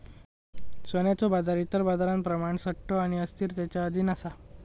सोन्याचो बाजार इतर बाजारांप्रमाण सट्टो आणि अस्थिरतेच्या अधीन असा